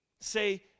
Say